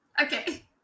okay